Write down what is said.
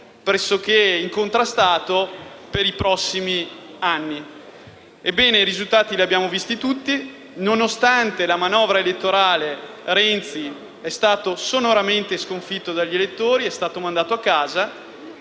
pressoché incontrastato per i prossimi anni. Ebbene, i risultati li abbiamo visti tutti: nonostante la manovra elettorale, Renzi è stato sonoramente sconfitto dagli elettori e mandato a casa.